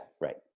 Right